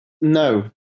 No